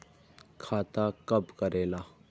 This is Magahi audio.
खाता कब करेला?